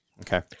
Okay